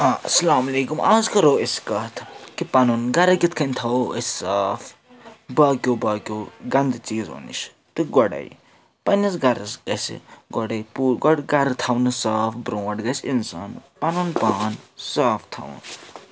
آ اَسلامُ علیکُم اَز کَرو أسۍ کَتھ کہِ پَنُن گَرٕ کِتھٕ کٔنۍ تھاوو أسۍ صاف باقٕیو باقٕیو گنٛدٕ چیٖزو نِش تہٕ گۄڈَے پنٕنِس گَرَس گژھِ گۄڈے پوٗرٕ گۄڈٕ گَرٕ تھاونہٕ صاف برٛونٛٹھ گژھِ اِنسان پَنُن پان صاف تھاوُن